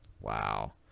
Wow